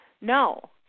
No